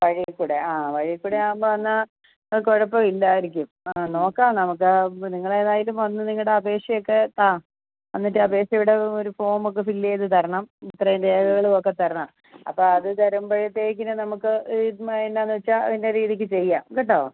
വഴിയിൽ കൂടെ ആ വഴിയിൽ കൂടെ ആകുമ്പം എന്നാൽ കുഴപ്പമില്ലായിരിക്കും ആ നോക്കാം നമുക്ക് ആ നിങ്ങൾ ഏതായാലും വന്ന് നിങ്ങളുടെ അപേക്ഷ ഒക്കെ താ വന്നിട്ട് അപേക്ഷ ഇവിടെ ഒരു ഫോം ഒക്കെ ഫിൽ ചെയ്ത് തരണം ഇത്രയും രേഖകളും ഒക്കെ തരണം അപ്പോൾ അത് തരുമ്പോഴത്തേക്കിനും നമുക്ക് ഈ എന്നാ എന്ന് വെച്ചാൽ ആ രീതിക്ക് ചെയ്യാം കേട്ടോ